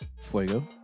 Fuego